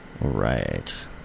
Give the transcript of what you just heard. Right